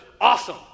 Awesome